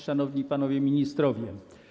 Szanowni Panowie Ministrowie!